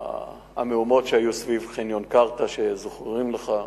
המהומות שהיו סביב חניון "קרתא" שזכורות לך,